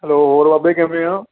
hello ਹੋਰ ਬਾਬੇ ਕਿਵੇਂ ਹਾਂ